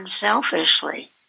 unselfishly